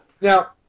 now